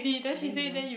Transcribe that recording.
then he we~